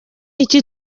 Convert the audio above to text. iki